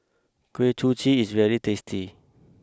Kuih Kochi is very tasty